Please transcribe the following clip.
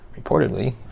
Reportedly